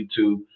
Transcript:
youtube